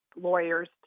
lawyers